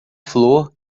flor